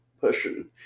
Pushing